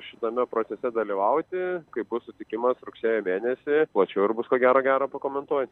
šitame procese dalyvauti kaip sutikimas rugsėjo mėnesį plačiau ir bus ko gero gero pakomentuoti